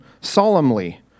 solemnly